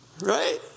Right